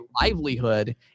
livelihood